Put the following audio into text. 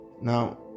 Now